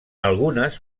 algunes